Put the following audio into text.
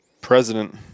president